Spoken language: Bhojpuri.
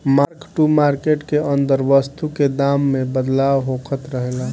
मार्क टू मार्केट के अंदर वस्तु के दाम में बदलाव होखत रहेला